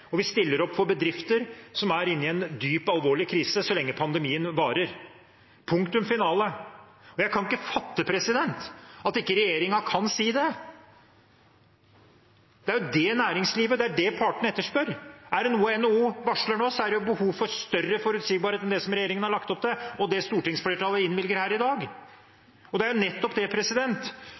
og at man stiller opp for bedrifter som er inne i en dyp, alvorlig krise så lenge pandemien varer. Punktum finale. Jeg kan ikke fatte at ikke regjeringen kan si det. Det er jo det næringslivet og partene etterspør. Er det noe NHO varsler nå, er det behov for større forutsigbarhet enn det regjeringen har lagt opp til, og det stortingsflertallet innvilger her i dag. LO-lederen var ute og sa: Ikke stopp når du har løpt nesten en maraton. Ikke stopp når det